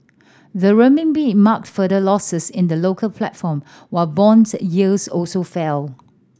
the Renminbi marked further losses in the local platform while bond yields also fell